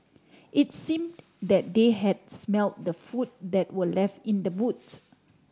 it's seem that they had smelt the food that were left in the boots